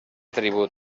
tribut